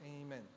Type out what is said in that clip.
Amen